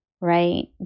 right